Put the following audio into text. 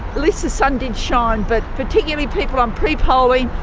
least the sun did shine. but particularly people on pre-polling,